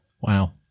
Wow